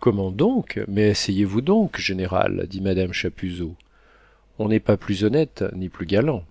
comment donc mais asseyez-vous donc général dit madame chapuzot on n'est pas plus honnête ni plus galant